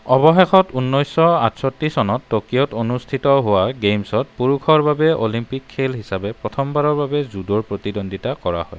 অৱশেষত ঊনৈছশ আঠষষ্ঠি চনত টকিঅ'ত অনুষ্ঠিত হোৱা গেইমছত পুৰুষৰ বাবে অলিম্পিক খেল হিচাপে প্ৰথমবাৰৰ বাবে জুডোৰ প্ৰতিদ্বন্দ্বিতা কৰা হয়